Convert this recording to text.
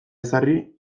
ezarri